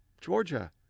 Georgia